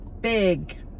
big